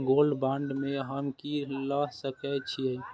Gold bond में हम की ल सकै छियै?